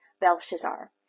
Belshazzar